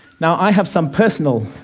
now, i have some personal